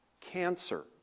cancer